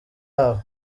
aba